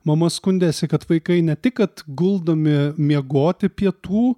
mama skundėsi kad vaikai ne tik kad guldomi miegoti pietų